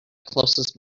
closest